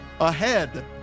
ahead